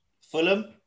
Fulham